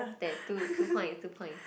that two two points two points